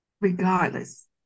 Regardless